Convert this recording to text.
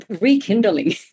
rekindling